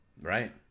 Right